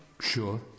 Sure